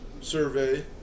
survey